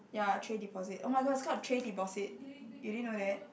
ya tray deposit oh-my-gosh it's called tray deposit you didn't know that